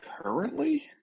Currently